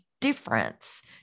difference